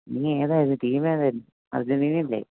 നീ ഏതാ ടീം ഏതായിരുന്നു അർജൻറ്റീനയല്ലെ